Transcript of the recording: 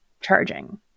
charging